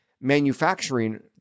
manufacturing